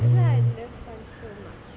that's why I love sun so much